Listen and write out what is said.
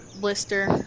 blister